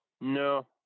No